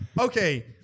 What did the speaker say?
okay